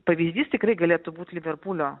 pavyzdys tikrai galėtų būt liverpulio